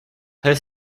her